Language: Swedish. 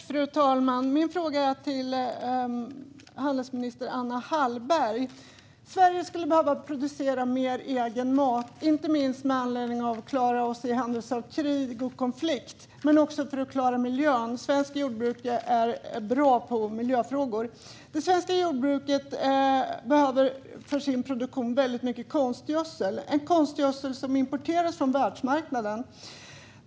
Fru talman! Min fråga är riktad till handelsminister Anna Hallberg. Sverige skulle behöva producera mer egen mat, inte minst för att vi ska klara oss i händelse av krig och konflikt och även för att klara miljön. Svenskt jordbruk är bra på miljöfrågor. Det svenska jordbruket behöver för sin produktion mycket konstgödsel, och konstgödseln importeras från världsmarknaden.